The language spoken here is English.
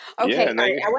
Okay